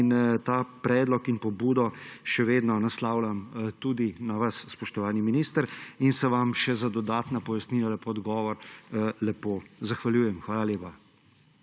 in ta predlog in pobudo še vedno naslavljam tudi na vas, spoštovani minister, in se vam še za dodatna pojasnila in pa odgovor lepo zahvaljujem. Hvala lepa.